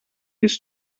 his